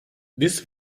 this